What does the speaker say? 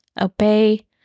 obey